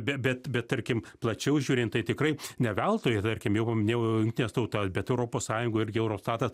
be bet bet tarkim plačiau žiūrint tai tikrai ne veltui tarkim jau paminėjau jungtines tautas bet europos sąjungoj irgi eurostatas